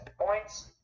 points